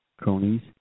cronies